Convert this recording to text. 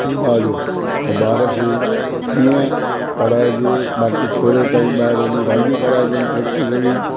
पीउ माउ जो त ॿार खे कीअं पढ़ाइजे बाक़ी थोरो टाइम ॿाहिरि वञी रांदियूं कराइजनि प्रेक्टिकली